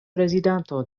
prezidanto